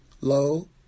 Lo